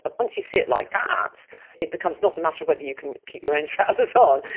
ah once you see it like that it becomes not a matter of whether you can keep your own trousers on,